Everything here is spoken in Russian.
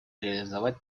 реализовать